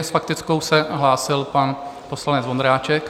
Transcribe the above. S faktickou se hlásil pan poslanec Vondráček.